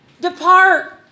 depart